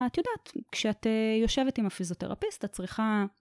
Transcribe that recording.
את יודעת, כשאת יושבת עם הפיזיותרפיסט, את צריכה...